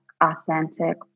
authentic